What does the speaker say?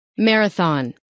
Marathon